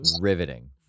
Riveting